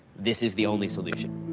this is the only solution.